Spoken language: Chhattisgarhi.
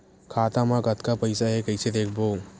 खाता मा कतका पईसा हे कइसे देखबो?